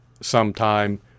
sometime